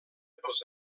pels